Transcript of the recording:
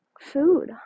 food